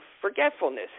forgetfulness